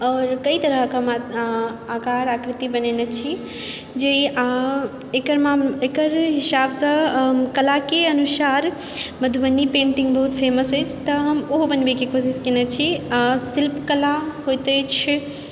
आओर कइ तरहके आकार आकृति बनेने छी जे एकर हिसाबसँ कलाके अनुसार मधुबनी पेण्टिङ्ग बहुत फेमस अछि तऽ हम ओहो बनबैके कोशिश केने छी शिल्प कला होइत अछि